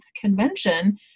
convention